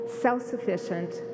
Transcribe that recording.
self-sufficient